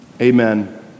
Amen